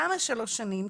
למה שלוש שנים?